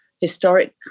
historic